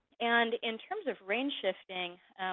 and in terms of range shifting,